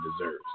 deserves